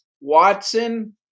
Watson